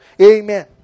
Amen